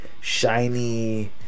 Shiny